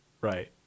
right